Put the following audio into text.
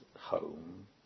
home